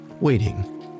waiting